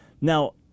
Now